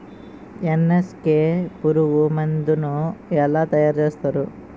NSK పురుగు మందు ను ఎలా తయారు చేస్తారు?